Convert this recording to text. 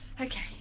okay